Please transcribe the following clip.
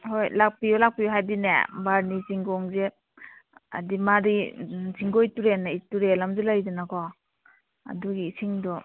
ꯍꯣꯏ ꯂꯥꯛꯄꯤꯌꯣ ꯂꯥꯛꯄꯤꯌꯣ ꯍꯥꯏꯕꯗꯤꯅꯦ ꯕꯥꯔꯨꯅꯤ ꯆꯤꯡꯈꯣꯡꯁꯦ ꯍꯥꯏꯗꯤ ꯃꯥꯗꯤ ꯆꯤꯡꯒꯣꯏ ꯇꯨꯔꯦꯜ ꯑꯃꯁꯨ ꯂꯩꯗꯅꯀꯣ ꯑꯗꯨꯒꯤ ꯏꯁꯤꯡꯗꯣ